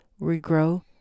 regrow